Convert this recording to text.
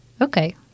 Okay